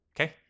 Okay